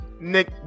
Nick